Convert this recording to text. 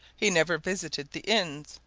he never visited the inns,